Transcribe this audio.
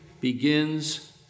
begins